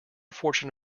fortune